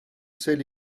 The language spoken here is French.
celle